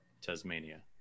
Tasmania